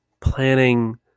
planning